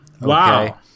wow